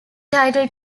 title